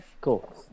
cool